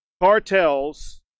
cartels